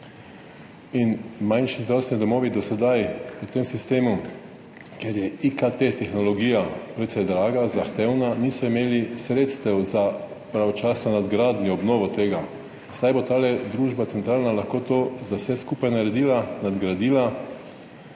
In manjši zdravstveni domovi do sedaj v tem sistemu, ker je IKT tehnologija precej draga, zahtevna, niso imeli sredstev za pravočasno nadgradnjo, obnovo tega. Zdaj bo tale družba centralna lahko to za vse skupaj naredila, nadgradila,